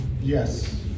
Yes